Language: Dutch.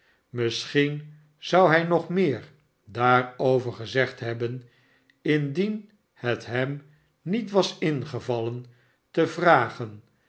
misschien zou hij nog meer daarover gezegd hebben indien het hem niet was ingevallen te vragen